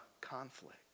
conflict